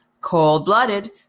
cold-blooded